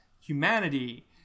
humanity